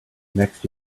next